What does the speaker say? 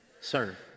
Serve